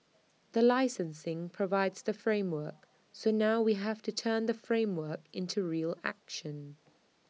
the licensing provides the framework so now we have to turn the framework into real action